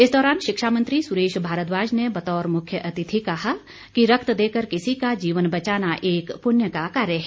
इस दौरान शिक्षा मंत्री सुरेश भारद्वाज ने बतौर मुख्य अतिथि कहा कि रक्त देकर किसी का जीवन बचाना एक पुण्य का कार्य है